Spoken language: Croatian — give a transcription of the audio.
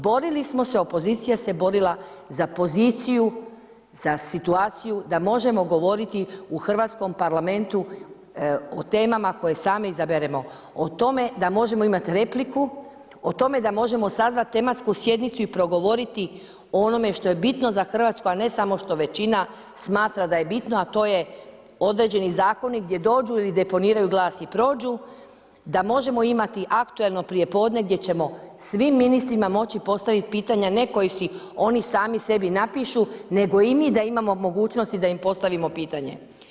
Borili smo se, opozicija se borila za poziciju, za situaciju da možemo govoriti u hrvatskom Parlamentu o temama koje sami izaberemo, o tome da možemo imati repliku, o tome da možemo sazvati tematsku sjednicu i progovoriti o onome što je bitno za hrvatsku, a ne samo što većina smatra da je bitno, a to je određeni zakoni gdje dođu ili deponiraju glas i prođu, da možemo imati aktuelno prijepodne gdje ćemo svim ministrima moći postaviti pitanje, ne koja si oni sami sebi napišu, nego i mi da imamo mogućnosti da im postavimo pitanje.